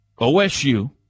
OSU